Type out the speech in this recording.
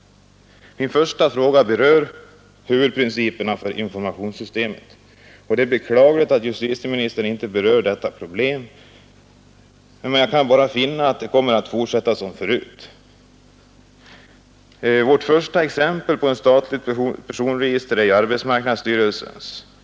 Min första fråga berör huvudprinciperna för informationsystemet, och det är beklagligt att justitieministern inte berör detta problem. Jag kan bara finna att det kommer att fortsätta som förut. Vårt första exempel på ett statligt personregister är arbetsmarknadsstyrelsens.